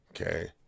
Okay